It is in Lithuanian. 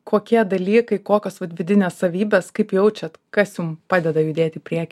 kokie dalykai kokios vidinės savybės kaip jaučiat kas jum padeda judėt į priekį